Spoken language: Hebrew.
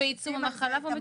למחלות קשות,